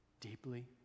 deeply